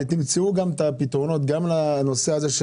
תמצאו גם את הפתרונות לנושא הזה של